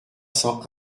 cent